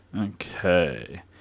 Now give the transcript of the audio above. Okay